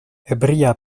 ebria